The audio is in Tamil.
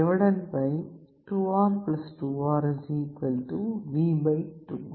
2R 2R 2R V 2